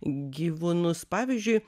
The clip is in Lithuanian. gyvūnus pavyzdžiui